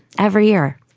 every year.